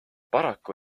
paraku